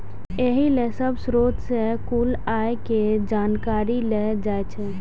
एहि लेल सब स्रोत सं कुल आय के जानकारी लेल जाइ छै